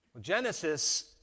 Genesis